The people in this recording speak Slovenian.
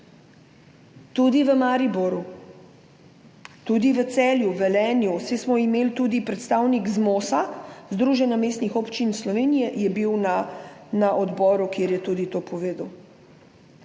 Tudi v Mariboru, tudi v Celju, v Velenju, tudi predstavnik ZMOS, Združenja mestnih občin Slovenije, je bil na odboru, kjer je tudi to povedal.